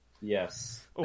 Yes